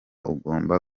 ugomba